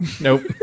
nope